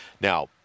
Now